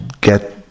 get